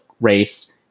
race